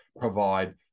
provide